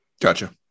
Gotcha